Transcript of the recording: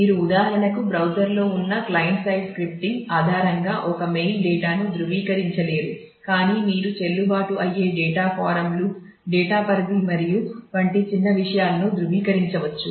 మీరు ఉదాహరణకు బ్రౌజర్లో ఉన్న క్లయింట్ సైడ్ స్క్రిప్టింగ్ ఆధారంగా ఒక మెయిల్ డేటాను ధృవీకరించలేరు కానీ మీరు చెల్లుబాటు అయ్యే డేటా ఫారమ్లు డేటా పరిధి మరియు వంటి చిన్న విషయాలను ధృవీకరించవచ్చు